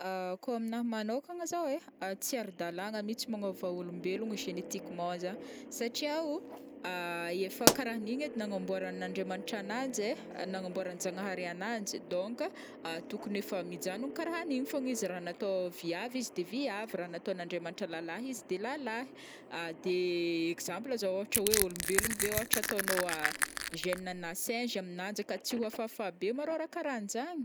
Kao aminahy manokagna zao ai, tsy ara-dàlagna mihitsy magnaova ôlombelogno génétiquement zagny satria o efa karaha an'igny edy nagnamboaran'Andriamanitra ananjy ai nagnamboaran-jagnahary ananjy donc tokony efa mijanogno karaha an'igny fogna izy, raha natao viavy izy de viavy, raha nataon'Andriamanitra lalahy izy de lalahy, de exemple zao ohatra hoe ôlombelogno ve ataonao gène ana singe aminanjy aka, tsy ho hafahafa be marao raha karaha anjagny.